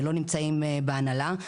ולא נמצאים בהנהלה.